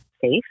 safe